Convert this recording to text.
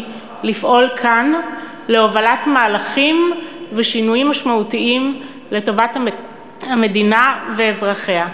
לפעול כאן להובלת מהלכים ושינויים משמעותיים לטובת המדינה ואזרחיה.